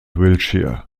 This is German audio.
wiltshire